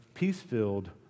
peace-filled